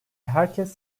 herkes